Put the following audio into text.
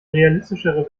realistischere